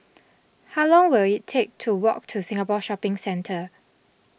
how long will it take to walk to Singapore Shopping Centre